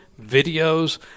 videos